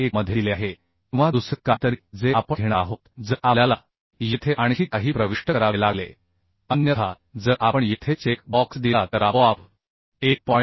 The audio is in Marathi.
1मध्ये दिले आहे किंवा दुसरे काहीतरी जे आपण घेणार आहोत जर आपल्याला येथे आणखी काही प्रविष्ट करावे लागले अन्यथा जर आपण येथे चेक बॉक्स दिला तर आपोआप 1